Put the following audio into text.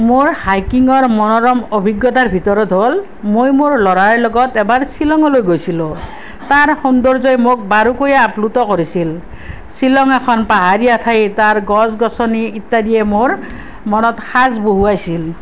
মোৰ হাইকিঙৰ মনোৰম অভিজ্ঞতাৰ ভিতৰত হ'ল মই মোৰ ল'ৰাৰ লগত এবাৰ শ্বিলঙলৈ গৈছিলোঁ তাৰ সৌন্দৰ্যই মোক বাৰুকৈয়ে আপ্লুত কৰিছিল শ্ৱিলং এখন পাহাৰীয়া ঠাই তাৰ গছ গছনি ইত্যাদিয়ে মোৰ মনত সাঁচ বহুৱাইছিল